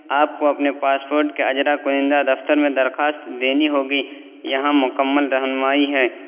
آپ کو اپنے پاسپوٹ کا اجرا کنندہ دفتر میں درخواست دینی ہوگی یہاں مکمل رہنمائی ہے